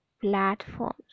platforms